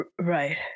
Right